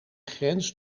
grens